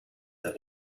der